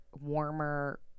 warmer